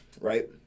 right